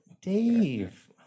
Dave